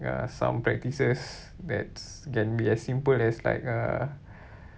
ya some practices that's can be as simple as like uh